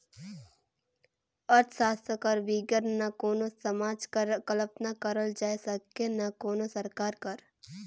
अर्थसास्त्र कर बिगर ना कोनो समाज कर कल्पना करल जाए सके ना कोनो सरकार कर